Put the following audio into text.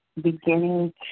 beginning